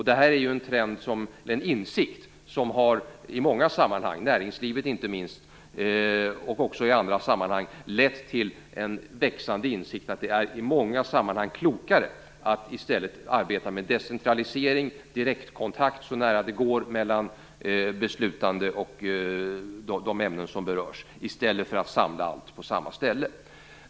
Detta är ju en insikt som i många sammanhang, inte minst i näringslivet, har lett till en växande insikt om att det i många sammanhang är klokare att i stället arbeta med decentralisering, direktkontakt så nära det går mellan beslutande och de ämnen som berörs, i stället för att samla allt på samma ställe.